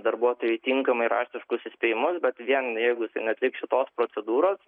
darbuotojui tinkamai raštiškus įspėjimus bet vien jeigu jisai neatliks šitos procedūros